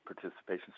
participation